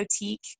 Boutique